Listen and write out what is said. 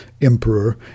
emperor